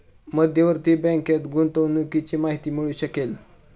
मध्यवर्ती बँकेत गुंतवणुकीची माहिती मिळू शकेल